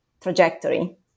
trajectory